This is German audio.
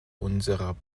unserer